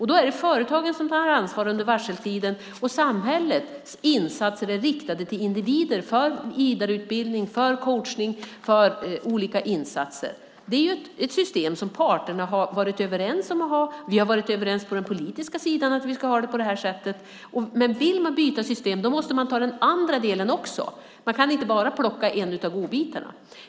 Då är det företagen som tar ansvar under varseltiden. Samhällets insatser är riktade till individer för vidareutbildning, coachning och olika insatser. Det är ett system som parterna har varit överens om att ha. Vi har varit överens på den politiska sidan att vi ska ha det på det sättet. Vill man byta system måste man ta den andra delen också. Man kan inte bara plocka en av godbitarna.